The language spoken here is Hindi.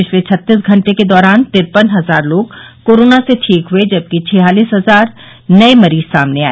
पिछले छत्तीस घंटे के दौरान तिरपन हजार लोग कोरोना से ठीक हुए जबकि छियालिस हजार नए मरीज सामने आए